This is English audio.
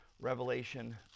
Revelation